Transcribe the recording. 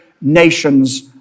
nations